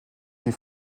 die